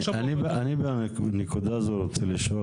ועכשיו הוא עומד על --- בנקודה הזאת אני רוצה לשאול,